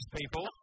people